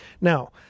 Now